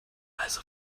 also